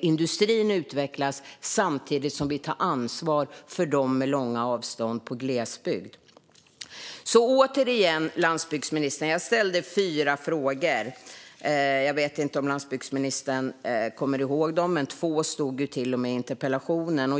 Industrin utvecklas samtidigt som vi tar ansvar för dem i glesbygden som har långa avstånd. Återigen, landsbygdsministern - jag ställde fyra frågor. Jag vet inte om landsbygdsministern kommer ihåg dem. Två stod till och med i interpellationen.